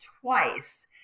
twice